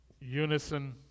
unison